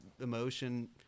emotion